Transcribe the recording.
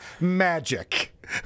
magic